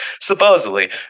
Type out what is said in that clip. supposedly